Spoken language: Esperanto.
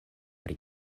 pri